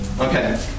Okay